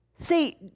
See